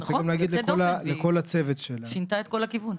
נכון, היא יוצאת דופן, היא שינתה את כל הכיוון.